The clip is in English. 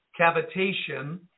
cavitation